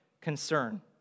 concern